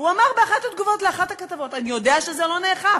הוא אמר באחת התגובות לאחת הכתבות: אני יודע שזה לא נאכף.